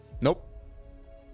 Nope